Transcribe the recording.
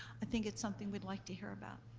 i think it's something we'd like to hear about.